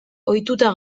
ohituta